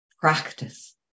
practice